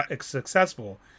successful